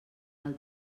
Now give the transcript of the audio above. del